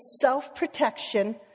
self-protection